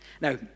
Now